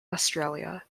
australia